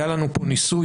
היה לנו פה ניסוי,